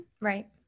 Right